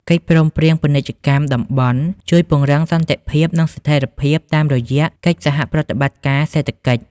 កិច្ចព្រមព្រៀងពាណិជ្ជកម្មតំបន់ជួយពង្រឹងសន្តិភាព និងស្ថិរភាពតាមរយៈកិច្ចសហប្រតិបត្តិការសេដ្ឋកិច្ច។